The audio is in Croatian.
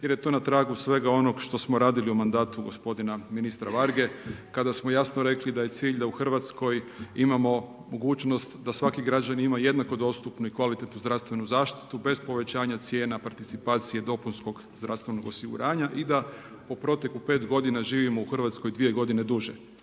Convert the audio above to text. jer je to na tragu svega onog što smo radili u mandatu gospodina ministra Varge kada smo jasno rekli da je cilj da u Hrvatskoj imamo mogućnost da svaki građanin ima jednako dostupnu i kvalitetnu zdravstvenu zaštitu bez povećanja cijena participacije dopunskog zdravstvenog osiguranja i da po proteku 5 godina, živimo u Hrvatskoj 2 godine duže.